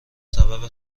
سبب